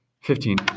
fifteen